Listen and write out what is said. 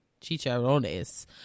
chicharrones